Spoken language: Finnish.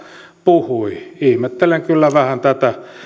puhui ihmettelen kyllä vähän tätä